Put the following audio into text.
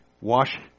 wash